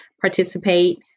participate